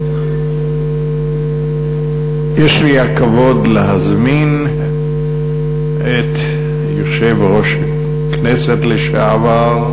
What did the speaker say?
יש לי הכבוד להזמין את יושב-ראש הכנסת לשעבר,